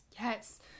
Yes